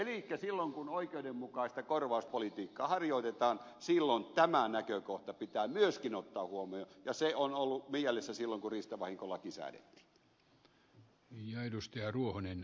elikkä silloin kun oikeudenmukaista korvauspolitiikkaa harjoitetaan tämä näkökohta pitää myöskin ottaa huomioon ja se on ollut mielessä silloin kun riistavahinkolaki säädettiin